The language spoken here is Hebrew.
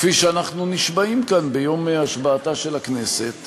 כפי שאנחנו נשבעים כאן ביום השבעתה של הכנסת,